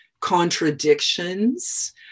contradictions